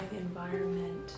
environment